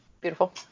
Beautiful